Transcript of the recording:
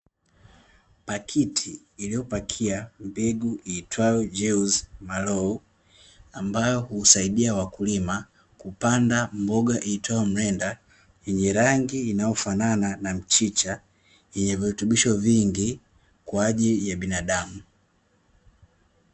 Pakiti iliyopakia mbegu iitwayo "jews mallow" ambayo husaidia wakulima kupanda mboga iitwayo mlenda, yenye rangi inayofanana na mchicha yenye virutubisho vingi kwa ajili ya binadamu.